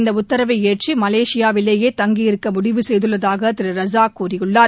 இந்த உத்தரவை ஏற்று மலேசியாவிலேயே தங்கியிருக்க முடிவு செய்துள்ளதாக திரு ரஜாக் கூறியுள்ளார்